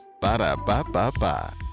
Ba-da-ba-ba-ba